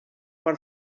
per